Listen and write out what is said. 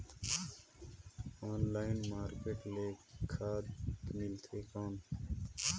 Online market ले खाद मिलथे कौन?